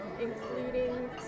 including